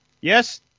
yes